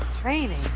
training